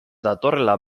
datorrela